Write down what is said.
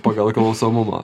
pagal klausomumą